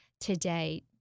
today